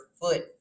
foot